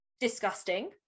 disgusting